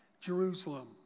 Jerusalem